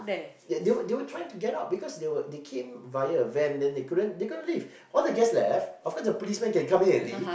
they were they were they were trying to get out because they were they came via a van then they couldn't they couldn't leave all the guest left of course the police man can come in and leave